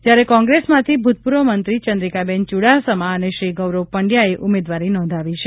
જ્યારે કોંગ્રેસમાંથી ભૂતપૂર્વ મંત્રી ચંદ્રિકાબેન ચુડાસમા અને શ્રી ગૌરવ પંડ્યાએ ઉમેદવારી નોંધાવી છે